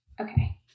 Okay